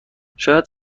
شاید